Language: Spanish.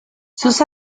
sus